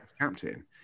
captain